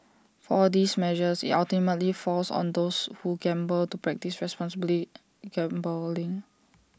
for all these measures IT ultimately falls on those who gamble to practise responsibly gambling